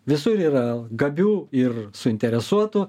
visur yra gabių ir suinteresuotų